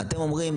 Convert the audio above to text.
אתם אומרים,